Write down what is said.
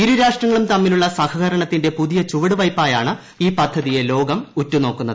ഇരു രാഷ്ട്രങ്ങളും തമ്മീലുള്ള സഹകരണത്തിന്റെ പുതിയ ചുവടുവയ്പ്പായാണ് ഈ പദ്ധതിയെ ലോകം ഉറ്റുനോക്കുന്നത്